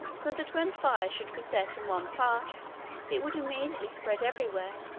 so that when fire should be set in one part it would immediately spread every where,